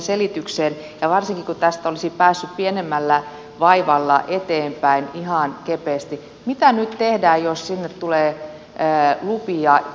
varsinkin kun tästä olisi päässyt pienemmällä vaivalla eteenpäin ihan kepeesti mitään tehdä jos se tulee pään kepeästi